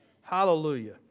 Hallelujah